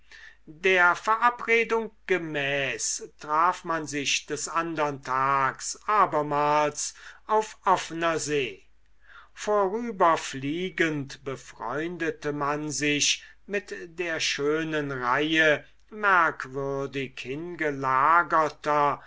der verabredung gemäß traf man sich des andern tags abermals auf offener see vorüberfliegend befreundete man sich mit der schönen reihe merkwürdig